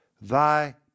Thy